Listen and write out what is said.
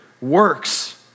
works